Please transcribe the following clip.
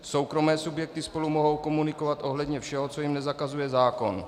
Soukromé subjekty spolu mohou komunikovat ohledně všeho, co jim nezakazuje zákon.